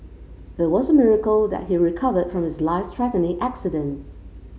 it was a miracle that he recovered from his life threatening accident